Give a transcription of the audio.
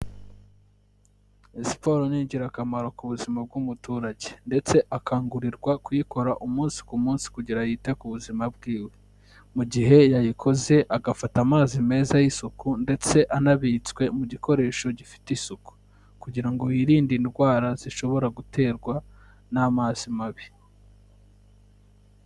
Siporo ni ingirakamaro ku buzima bw'umuturage ndetse akangurirwa kuyikora umunsi ku munsi kugira yite ku buzima bwiwe, mu gihe yayikoze agafata amazi meza y'isuku ndetse anabitswe mu gikoresho gifite isuku kugira ngo yirinde indwara zishobora guterwa n'amazi mabi.